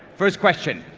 first question,